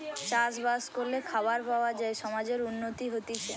চাষ বাস করলে খাবার পাওয়া যায় সমাজের উন্নতি হতিছে